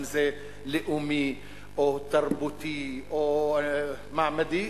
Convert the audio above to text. אם זה לאומי או תרבותי או מעמדי,